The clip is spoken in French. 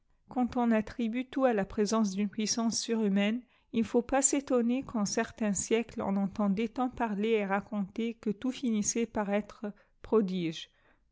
quand on attribue tout à la présence d'une puissance surhu maine il ne faut pas s étonner qu en certains siècles on entendait tant parler et raconter que tout finissait par mre prodige